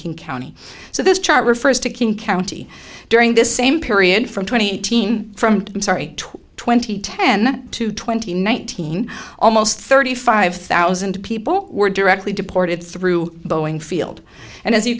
king county so this chart refers to king county during this same period from twenty teams from i'm sorry twenty ten to twenty nineteen almost thirty five thousand people were directly deported through boeing field and as you